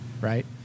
Right